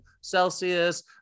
celsius